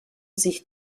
sich